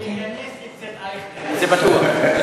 זה ייכנס אצל אייכלר, זה בטוח.